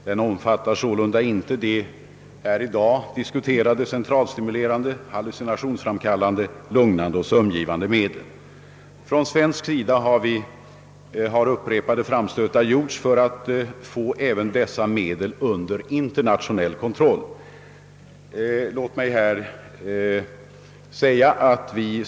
Den omfattar sålunda inte de här i dag diskuterade centralstimulerande, hallucinationsframkallande, lugnande och sömngivande medlen. Från svensk sida har upprepade framstötar gjorts för att få dessa medel under internationell kontroll.